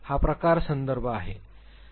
हा प्रकार संदर्भ आहे